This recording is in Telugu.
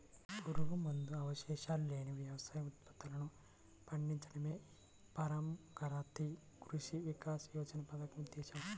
పురుగుమందు అవశేషాలు లేని వ్యవసాయ ఉత్పత్తులను పండించడమే ఈ పరంపరాగత కృషి వికాస యోజన పథకం ఉద్దేశ్యం